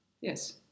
Yes